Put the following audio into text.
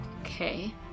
Okay